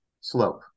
slope